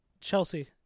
Chelsea